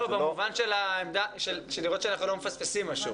במובן של לראות שאנחנו לא מפספסים משהו.